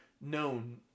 known